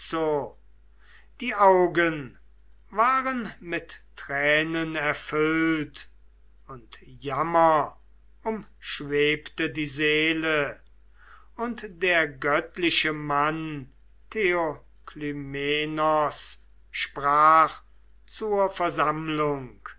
die augen waren mit tränen erfüllt und jammer umschwebte die seele und der göttliche mann theoklymenos sprach zur versammlung